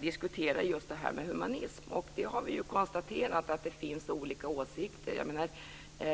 diskuterar vi just humanismen, och vi har ju konstaterat att det finns olika åsikter på den punkten.